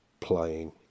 playing